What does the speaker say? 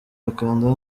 wakanda